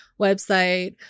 website